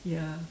ya